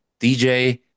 DJ